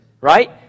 right